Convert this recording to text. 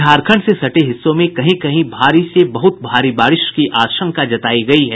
झारखंड से सटे हिस्सों में कहीं कहीं भारी से बहुत भारी बारिश की आशंका जतायी गयी है